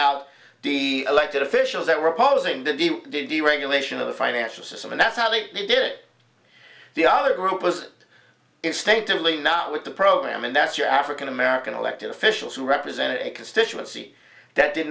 out the elected officials that repos and then the deregulation of the financial system and that's how they did it the other group was instinctively not with the program and that's your african american elected officials who represent a constituency that did